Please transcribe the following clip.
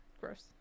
gross